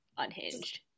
Unhinged